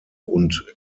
und